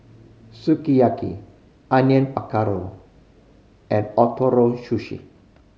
Sukiyaki Onion Pakora and Ootoro Sushi